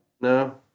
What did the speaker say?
no